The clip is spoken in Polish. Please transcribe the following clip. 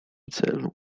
celu